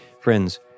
friends